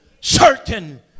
certain